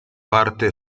parte